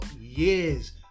years